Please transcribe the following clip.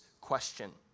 question